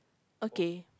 okay